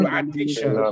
addiction